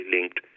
linked